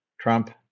Trump